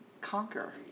conquer